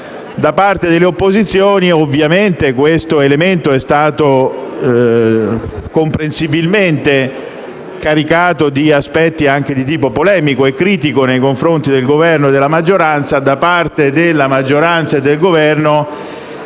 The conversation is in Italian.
Da parte delle opposizioni questo elemento è stato caricato comprensibilmente di aspetti anche di tipo polemico e critico nei confronti del Governo e della maggioranza, mentre da parte della maggioranza e del Governo